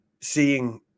seeing